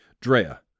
Drea